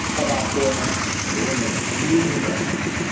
about four minutes four minutes. huge investment.